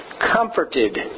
comforted